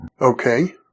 Okay